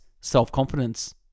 self-confidence